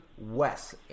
West